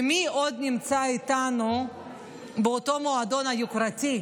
ומי עוד נמצא איתנו באותו מועדון יוקרתי?